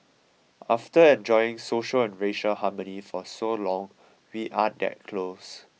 after enjoying social and racial harmony for so long we are that close